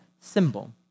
symbol